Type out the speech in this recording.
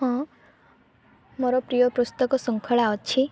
ହଁ ମୋ ପ୍ରିୟ ପୁସ୍ତକ ଶୃଙ୍ଖଳା ଅଛି